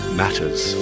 matters